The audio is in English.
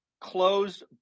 closed